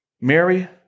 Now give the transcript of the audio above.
Mary